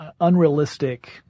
unrealistic